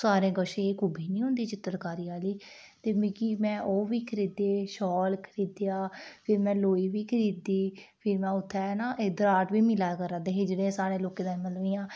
सारे कश एह् खूबी नेईं होंदी चित्रकारी आह्ली ते मिकी में ओह् बी खरीदे शाल खरीदेआ फिर में लोई बी खरीदी फिर में उत्थे ना इद्धरा आर्ट बी मिली करदे हे जेह्ड़े अस साढ़े लोके दा मतलब इ'यां